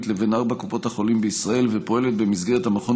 לבין ארבע קופות החולים בישראל ופועלת במסגרת המכון